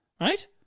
Right